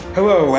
Hello